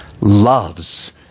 loves